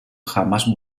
jamás